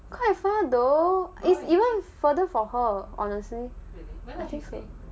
quite far though is even further for her honestly I think